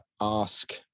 ask